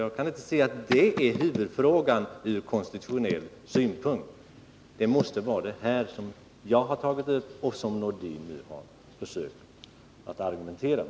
Jag kan inte se att detta är huvudfrågan ur konstitutionell synpunkt — den måste vara det som jag har - tagit upp och som herr Nordin nu har försökt att argumentera om.